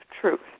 truth